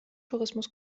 tourismus